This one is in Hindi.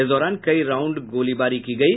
इस दौरान कई राउंड गोलीबारी की गयी